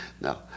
No